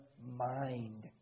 mind